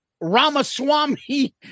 Ramaswamy